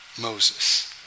Moses